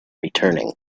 returning